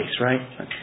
right